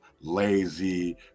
lazy